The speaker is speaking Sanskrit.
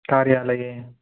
कार्यालये